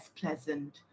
pleasant